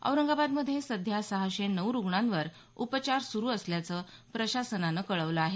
औरंगाबादमध्ये सध्या सहाशे नऊ रुग्णांवर उपचार सुरू असल्याचं प्रशासनानं कळवलं आहे